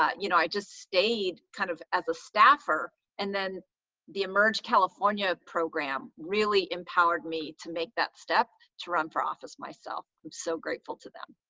um you know i just stayed kind of as a staffer, and then the emerge california program really empowered me to make that step to run for office myself. i'm so grateful to them.